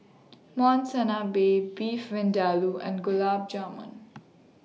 Monsunabe Beef Vindaloo and Gulab Jamun